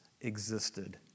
existed